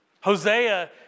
Hosea